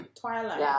Twilight